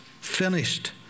finished